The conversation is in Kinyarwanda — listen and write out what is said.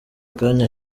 kanya